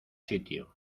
sitio